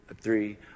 three